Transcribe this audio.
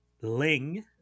Ling